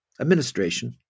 administration